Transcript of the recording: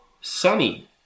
sunny